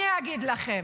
אני אגיד לכם: